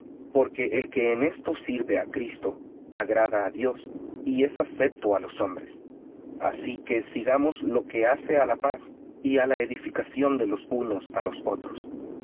porque el que en esto sirve á cristo agrada á dios y es acepto á los hombres así que sigamos lo que hace á la paz y á la edificación de los unos á los otros